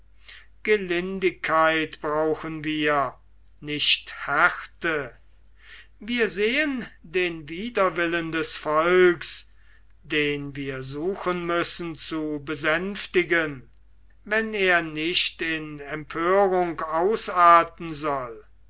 gelindigkeit brauchen wir nicht härte wir sehen den widerwillen des volks den wir suchen müssen zu besänftigen wenn er nicht in empörung ausarten soll